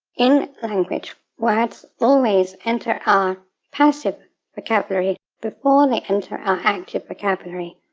in language, words always enter our passive vocabulary before they enter our active vocabulary.